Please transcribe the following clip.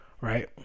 right